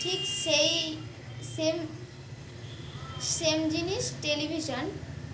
ঠিক সেই same same জিনিস টেলিভিশন